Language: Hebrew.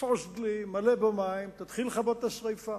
תפוס דלי, מלא בו מים ותתחיל לכבות את השרפה.